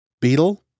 Beetle